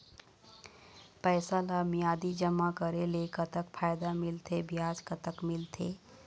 पैसा ला मियादी जमा करेले, कतक फायदा मिलथे, ब्याज कतक मिलथे?